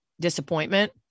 disappointment